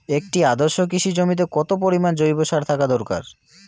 একটি আদর্শ কৃষি জমিতে কত পরিমাণ জৈব সার থাকা দরকার?